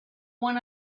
one